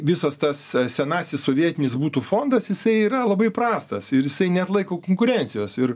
visas tas senasis sovietinis butų fondas jisai yra labai prastas ir jisai neatlaiko konkurencijos ir